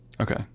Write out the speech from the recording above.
Okay